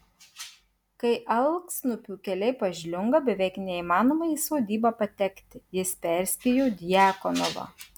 kai alksniupių keliai pažliunga beveik neįmanoma į sodybą patekti jis perspėjo djakonovą